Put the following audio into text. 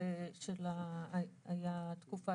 הייתה תקופה